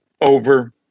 over